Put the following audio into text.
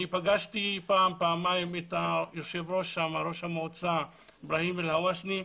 פגשתי פעם-פעמיים את ראש המועצה איברהים אל-אוושני.